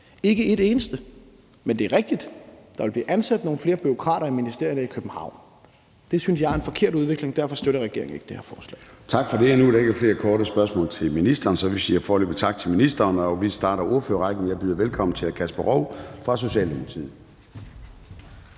ikke et eneste. Men det er rigtigt, at der ville blive ansat nogle flere bureaukrater i ministerierne i København. Det synes jeg er en forkert udvikling, og derfor støtter regeringen ikke det her forslag. Kl. 16:00 Formanden (Søren Gade): Tak for det. Nu er der ikke flere korte bemærkninger til ministeren, så vi siger foreløbig tak til ministeren, og vi starter ordførerrækken. Jeg byder velkommen til hr. Kasper Roug fra Socialdemokratiet.